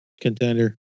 contender